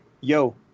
yo